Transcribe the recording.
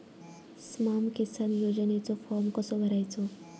स्माम किसान योजनेचो फॉर्म कसो भरायचो?